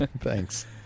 Thanks